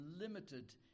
limited